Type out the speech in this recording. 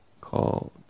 called